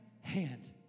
hand